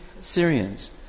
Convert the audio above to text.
Syrians